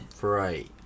Right